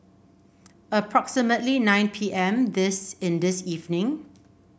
approximately nine P M this in this evening